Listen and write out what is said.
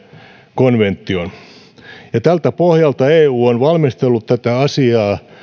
konvention tältä pohjalta eu on valmistellut tätä asiaa